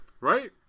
Right